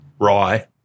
rye